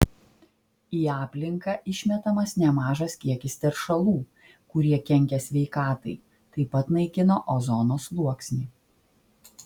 į aplinką išmetamas nemažas kiekis teršalų kurie kenkia sveikatai taip pat naikina ozono sluoksnį